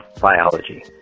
biology